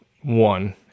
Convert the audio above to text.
one